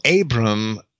Abram